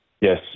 Yes